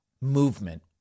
movement